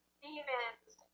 demons